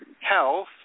health